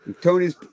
Tony's